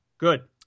Good